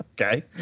Okay